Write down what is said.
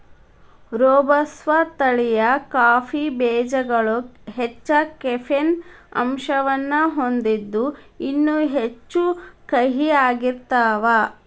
robusta ತಳಿಯ coffee ಬೇಜಗಳು ಹೆಚ್ಚ ಕೆಫೇನ್ ಅಂಶವನ್ನ ಹೊಂದಿದ್ದು ಇನ್ನೂ ಹೆಚ್ಚು ಕಹಿಯಾಗಿರ್ತಾವ